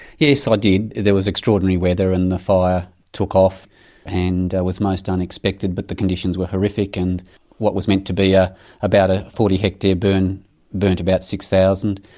yes, i ah did. there was extraordinary weather and the fire took off and was most unexpected, but the conditions were horrific, and what was meant to be ah about a forty hectare burn burnt about six thousand.